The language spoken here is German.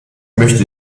möchte